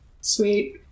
Sweet